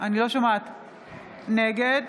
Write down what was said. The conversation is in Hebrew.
נגד